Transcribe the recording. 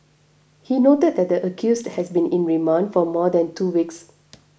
he noted that the accused has been in remand for more than two weeks